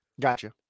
Gotcha